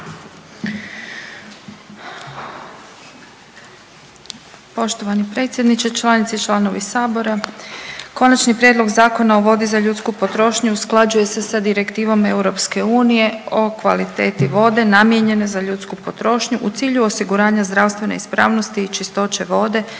Poštovani predsjedniče, članice i članovi Sabora. Konačni prijedlog Zakona o vodi za ljudsku potrošnju usklađuje se direktivom EU o kvaliteti vode namijenjene za ljudsku potrošnju u cilju osiguranja zdravstvene ispravnosti i čistoće vode namijenjene